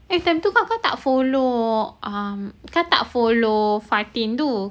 eh time tu kakak tak follow um kakak tak follow fatin tu